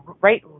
right